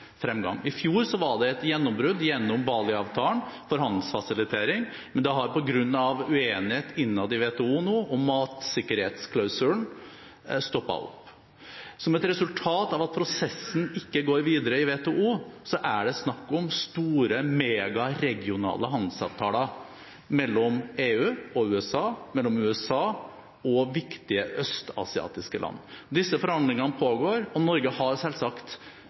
fremgang. I fjor var det et gjennombrudd gjennom Bali-avtalen for handelsfasilitering, men det har på grunn av uenighet innad i WTO om matsikkerhetsklausulen stoppet opp. Som et resultat av at prosessen ikke går videre i WTO, er det snakk om store, megaregionale handelsavtaler mellom EU og USA og mellom USA og viktige østasiatiske land. Disse forhandlingene pågår, og Norge har selvsagt